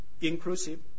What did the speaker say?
inclusive